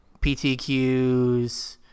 PTQs